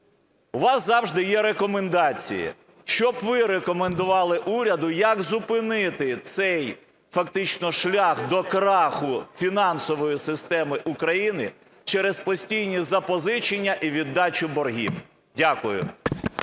У вас завжди є рекомендації, що б ви рекомендували уряду, як зупинити цей фактично шлях до краху фінансової системи України через постійні запозичення і віддачу боргів? Дякую.